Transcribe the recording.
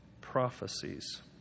prophecies